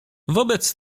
wobec